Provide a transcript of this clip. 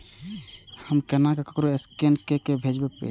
हम केना ककरो स्केने कैके पैसा भेजब?